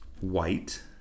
white